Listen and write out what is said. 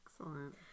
excellent